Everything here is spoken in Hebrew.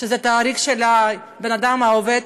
שזה התאריך של הבן אדם העובד,